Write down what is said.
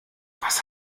was